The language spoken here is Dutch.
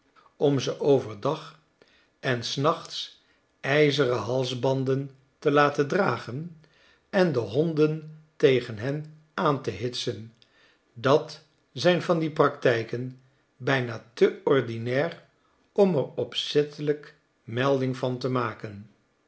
om ze over dag en snachts ijzeren halsbanden te men dragen en de honden tegen hen aan te hitsen dat zijn van die praktijken bijna te ordinair om er opzettelijk melding van te maken